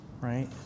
right